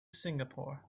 singapore